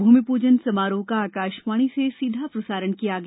भूमि पूजन समारोह का आकाशवाणी से सीधा प्रसारण किया गया